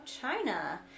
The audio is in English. China